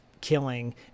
killing